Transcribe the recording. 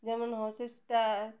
যেমন হটস্টার